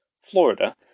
Florida